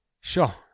sure